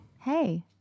Hey